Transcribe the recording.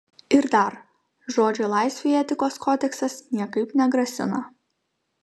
ir dar žodžio laisvei etikos kodeksas niekaip negrasina